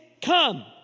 come